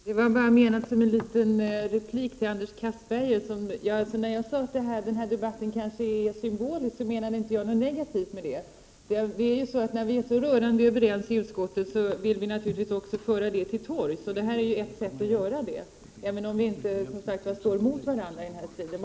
Herr talman! Bara en liten replik till Anders Castberger: När jag sade att den här debatten kanske är symbolisk, så menade jag inte något negativt med det. När vi är så rörande överens i utskottet, vill vi naturligtvis också föra det till torgs, och det här är ett sätt att göra det — även om vi som sagt inte står emot varandra i den här striden.